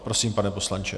Prosím, pane poslanče.